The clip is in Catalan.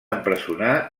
empresonar